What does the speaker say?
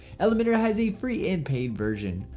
elementor has a free and paid version.